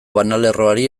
banalerroari